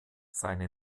seine